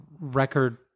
record